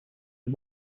his